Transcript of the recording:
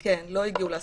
כן, לא הגיעו להסכמה.